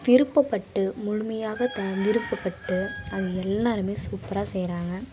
விருப்பப்பட்டு முழுமையாக தான் விருப்பப்பட்டு அவங்க எல்லோருமே சூப்பராக செய்கிறாங்க